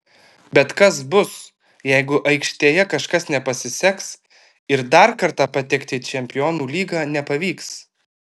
bet kas bus jeigu aikštėje kažkas nepasiseks ir dar kartą patekti į čempionų lygą nepavyks